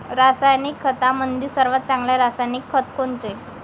रासायनिक खतामंदी सर्वात चांगले रासायनिक खत कोनचे?